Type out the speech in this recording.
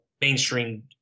mainstream